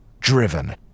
driven